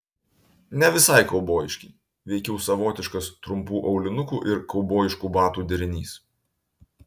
ne visai kaubojiški veikiau savotiškas trumpų aulinukų ir kaubojiškų batų derinys